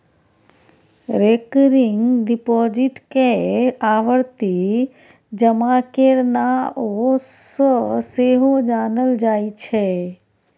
recurring deposit केँ आवर्ती जमा केर नाओ सँ सेहो जानल जाइ छै